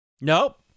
Nope